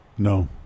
No